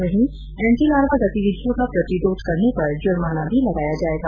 वहीं एन्टीलार्वा गतिविधियों का प्रतिरोध करने पर जुर्माना भी लगाया जाएगा